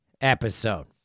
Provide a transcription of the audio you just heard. episode